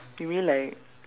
you mean like